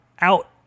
out